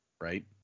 Right